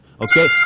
Okay